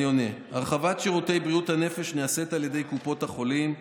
אני עונה: הרחבת שירותי בריאות הנפש נעשית על ידי קופות החולים.